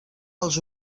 els